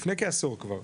לפני כעשור כבר,